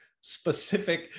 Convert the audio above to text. specific